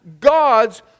God's